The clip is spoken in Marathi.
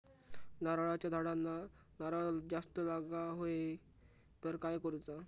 नारळाच्या झाडांना नारळ जास्त लागा व्हाये तर काय करूचा?